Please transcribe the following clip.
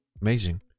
Amazing